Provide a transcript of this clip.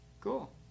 Cool